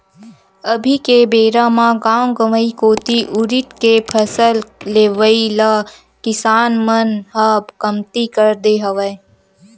अभी के बेरा म गाँव गंवई कोती उरिद के फसल लेवई ल किसान मन ह कमती कर दे हवय